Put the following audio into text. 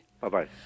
Bye-bye